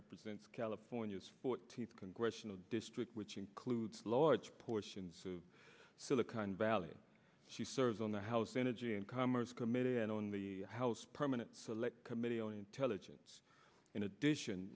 represents california's fourteenth congressional district which includes large portions so the kind ballot she serves on the house energy and commerce committee and on the house permanent select committee on intelligence in addition